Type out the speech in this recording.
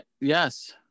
yes